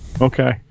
Okay